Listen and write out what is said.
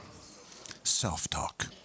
self-talk